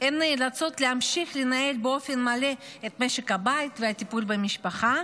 הן נאלצות להמשיך ולנהל באופן מלא את משק הבית והטיפול במשפחה,